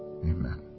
Amen